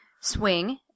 Swing